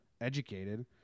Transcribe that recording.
Educated